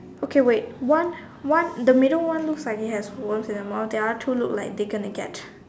okay wait one one the middle one looks like they have worms in their mouth the other two look like they're gonna get